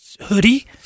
hoodie